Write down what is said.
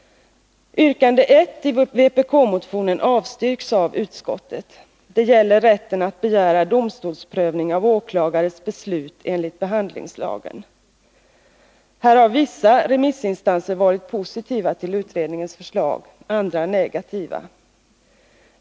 Yrkande 1 i vpk-motionen avstyrks av utskottet. Det gäller rätten att begära domstolsprövning av åklagares beslut enligt behandlingslagen. Här har vissa remissinstanser varit positiva till utredningens förslag, andra negativa.